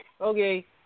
Okay